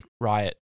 riot